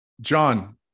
John